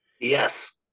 yes